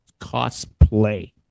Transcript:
Cosplay